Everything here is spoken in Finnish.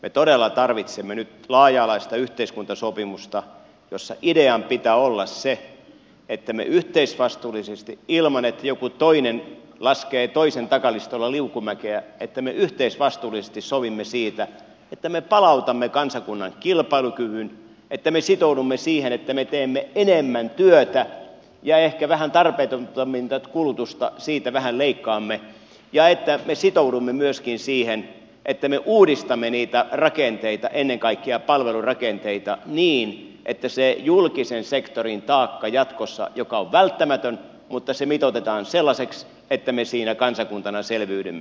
me todella tarvitsemme nyt laaja alaista yhteiskuntasopimusta jossa idean pitää olla se että me yhteisvastuullisesti ilman että joku toinen laskee toisen takalistolla liukumäkeä sovimme siitä että me palautamme kansakunnan kilpailukyvyn että me sitoudumme siihen että me teemme enemmän työtä ja ehkä vähän tarpeettomimmasta kulutuksesta leikkaamme ja että me sitoudumme myöskin siihen että me uudistamme niitä rakenteita ennen kaikkea palvelurakenteita niin että se julkisen sektorin taakka jatkossa joka on välttämätön mitoitetaan sellaiseksi että me siitä kansakuntana selviydymme